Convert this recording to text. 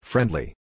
Friendly